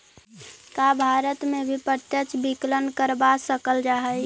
का भारत में भी प्रत्यक्ष विकलन करवा सकल जा हई?